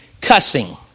cussing